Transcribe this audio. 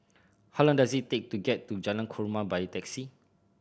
how long does it take to get to Jalan Korma by taxi